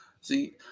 see